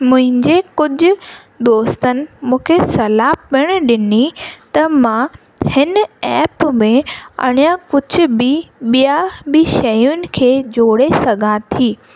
मुंहिंजे कुझु दोस्तनि मूंखे सलाह पिणु ॾिनी त मां हिन ऐप में अञा कुझु बि ॿिया बि शयुनि खे जोड़े सघां थी